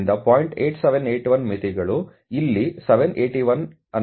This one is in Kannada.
8781 ಮಿತಿಗಳು ಇಲ್ಲಿ 781 ಅನ್ನು ಪಡೆದ ಮೇಲಿನ ಮಿತಿಗೆ ಪರಿವರ್ತನೆಯಾಗಿದೆ